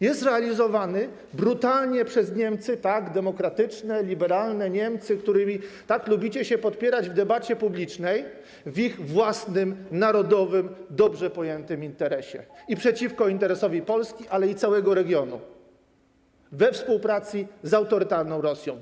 Jest realizowany brutalnie przez Niemcy, tak, demokratyczne, liberalne Niemcy, którymi tak lubicie się podpierać w debacie publicznej, w ich własnym, narodowym, dobrze pojętym interesie i przeciwko interesowi Polski, ale i całego regionu, we współpracy z autorytarną Rosją.